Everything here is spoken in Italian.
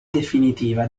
definitiva